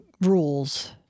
rules